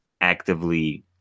actively